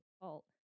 fault